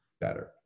better